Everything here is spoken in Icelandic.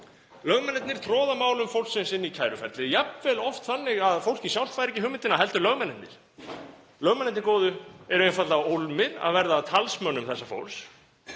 Lögmennirnir troða málum fólksins inn í kæruferli, jafnvel oft þannig að fólkið sjálft fær ekki hugmyndina heldur lögmennirnir. Lögmennirnir góðu eru einfaldlega ólmir að verða að talsmönnum þessa fólks.